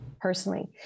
personally